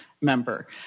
member